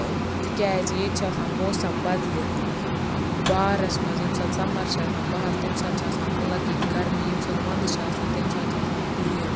تِکیازِ ییٚتہِ چھِ آسان موسَم بَدلِتھ بَہارَس منٛز ییٚمہِ ساتہِ سممَر چھ آسان بَہار تمہِ ساتہٕ چھِ آسان اَلَگ ییٚتہِ گَرمی ییٚمہ ساتہٕ وَنٛدٕ چھِ آسان تمہِ ساتہٕ چھِ آسان تۭر